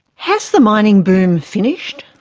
has the mining boom finished?